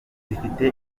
imvugo